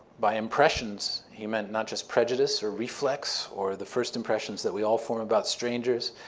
by impressions, he meant not just prejudice or reflex or the first impressions that we all form about strangers,